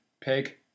pig